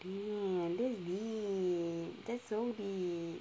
damn that's deep that's so deep